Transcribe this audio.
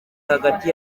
hagati